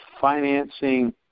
financing